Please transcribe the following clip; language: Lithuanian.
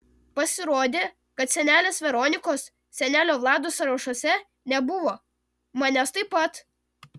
pasirodė kad senelės veronikos senelio vlado sąrašuose nebuvo manęs taip pat